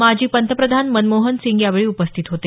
माजी पंतप्रधान मनमोहन सिंग यावेळी उपस्थित होते